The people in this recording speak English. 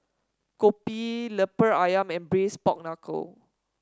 kopi lemper ayam and Braised Pork Knuckle